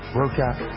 workout